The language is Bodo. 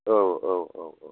औ औ औ औ